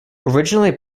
originally